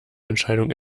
entscheidung